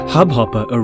Hubhopper